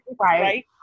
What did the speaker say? Right